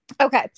Okay